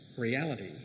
reality